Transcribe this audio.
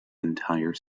entire